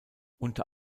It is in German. unter